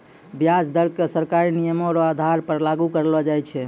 व्याज दर क सरकारी नियमो र आधार पर लागू करलो जाय छै